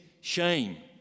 shame